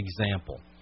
example